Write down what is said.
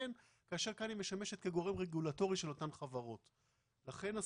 שהם הגישו לנו וכבר נדונו בינינו לבינם אבל הם ביקשו עוד